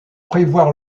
prévoir